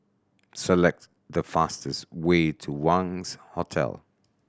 select the fastest way to Wangz Hotel